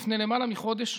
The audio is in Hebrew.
לפני למעלה מחודש,